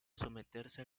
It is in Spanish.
someterse